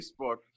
Facebook